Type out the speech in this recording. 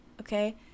Okay